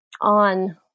on